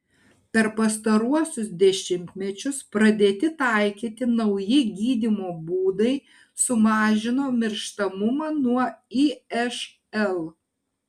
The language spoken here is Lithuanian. per pastaruosius dešimtmečius pradėti taikyti nauji gydymo būdai sumažino mirštamumą nuo išl